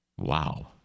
Wow